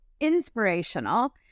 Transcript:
inspirational